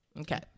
okay